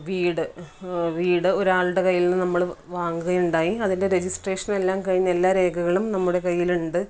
വീട് വീട് ഒരാളുടെ കൈയിൽ നിന്നും നമ്മൾ വാങ്ങുകയുണ്ടായി അതിൻ്റെ റെജിസ്ട്രേഷൻ എല്ലാം കഴിഞ്ഞ് എല്ലാ രേഖകളും നമ്മുടെ കൈയിലുണ്ട്